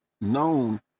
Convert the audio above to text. known